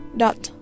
dot